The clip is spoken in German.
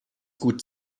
gut